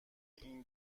این